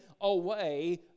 away